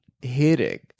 hitting